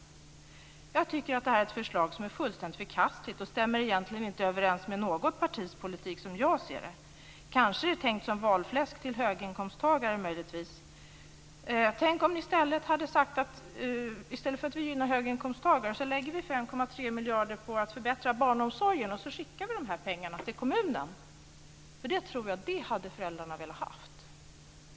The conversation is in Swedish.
Jag tycker att det här är ett förslag som är fullständigt förkastligt. Det stämmer egentligen inte överens med något partis politik, som jag ser det. Möjligtvis är det tänkt som valfläsk till höginkomsttagare. Tänk om ni i stället hade sagt: I stället för att gynna höginkomsttagare lägger vi 5,3 miljarder på att förbättra barnomsorgen och skickar de pengarna till kommunen. Det tror jag att föräldrarna hade velat ha.